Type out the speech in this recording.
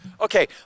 Okay